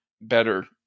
better